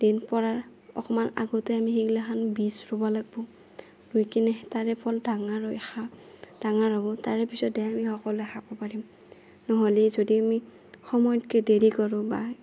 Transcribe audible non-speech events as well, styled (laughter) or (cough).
দিন পৰাৰ অকণমান আগতে আমি সেইগিলাখান বীজ ৰুব লাগিব ৰুই কিনে তাৰে ফল ডাঙৰ হৈ (unintelligible) ডাঙৰ হ'ব তাৰে পিছতহে আমি সকলোৱে খাব পাৰিম নহ'লে যদি আমি সময়তকৈ দেৰি কৰো বা